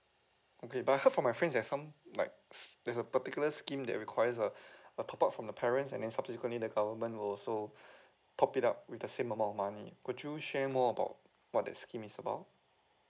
okay but I heard from my friends there are some like s~ there's a particular scheme that requires uh a top up from the parents and then subsequently the government will also top it up with the same amount of money could you share more about what that scheme is about